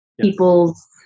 people's